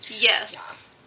Yes